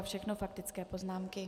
Všechno faktické poznámky.